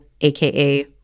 aka